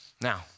Now